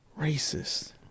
Racist